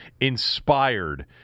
inspired